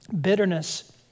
Bitterness